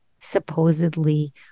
supposedly